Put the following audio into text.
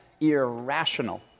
irrational